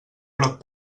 groc